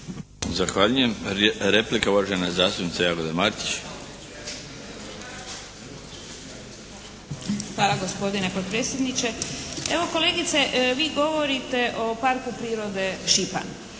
Zahvaljujem. Replika, uvažena zastupnica Jagoda Martić. **Martić, Jagoda (SDP)** Hvala gospodine potpredsjedniče. Evo kolegice, vi govorite o parku prirode "Šipan",